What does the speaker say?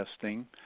testing